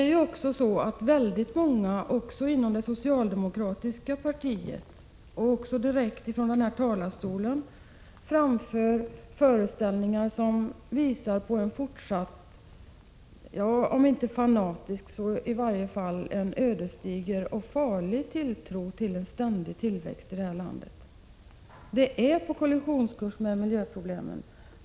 Det är också så att väldigt många — bl.a. inom det socialdemokratiska partiet, och även direkt från denna talarstol — ger uttryck för föreställningar som visar på en fortsatt, om inte fanatisk så i varje fall farlig och ödesdiger tilltro till en ständig tillväxt i vårt land. Det innebär att man är inne på kollisionskurs när det gäller miljöproblemen.